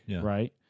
right